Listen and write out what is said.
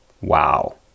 Wow